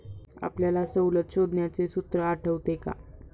आपल्याला सवलत शोधण्याचे सूत्र आठवते का?